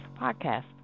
podcast